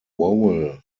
vowel